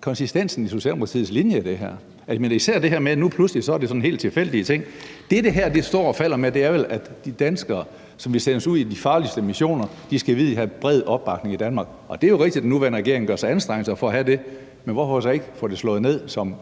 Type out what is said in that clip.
konsistensen i Socialdemokratiets linje i det her? Jeg mener især det her med, at det nu pludselig er sådan helt tilfældige ting. Det, som det her står og falder med, er vel, at de danskere, som sendes ud i de farligste missioner, skal vide, at de havde bred opbakning i Danmark, og det er jo rigtigt, at den nuværende regering gør sig anstrengelser for at have det, men hvorfor så ikke få det ned som